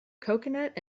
coconut